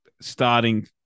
starting